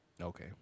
Okay